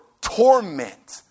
torment